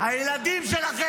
אתה צבוע,